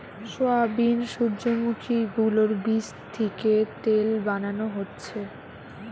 soybean, সূর্যোমুখী গুলোর বীচ থিকে তেল বানানো হচ্ছে